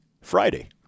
Friday